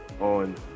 on